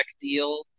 deal